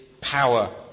power